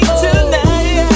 tonight